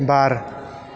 बार